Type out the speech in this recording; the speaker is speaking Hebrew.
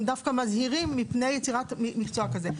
הם דווקא מזהירים מפני יצירת מקצוע כזה.